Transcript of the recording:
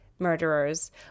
murderers